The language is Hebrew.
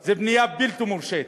זה בנייה בלתי מורשית,